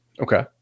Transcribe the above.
Okay